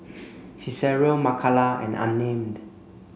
Cicero Makala and Unnamed